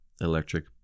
electric